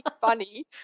funny